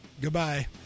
Goodbye